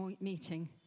meeting